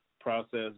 process